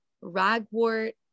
ragwort